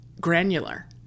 granular